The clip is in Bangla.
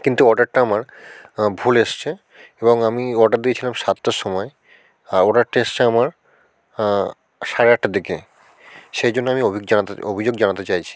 কিন্তু অর্ডারটা আমার ভুল এসেছে এবং আমি অর্ডার দিয়েছিলাম সাতটার সময় অর্ডারটা এসেছে আমার সাড়ে আটটার দিকে সেই জন্য আমি জানাতে অভিযোগ জানাতে চাইছি